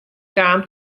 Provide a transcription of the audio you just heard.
kaam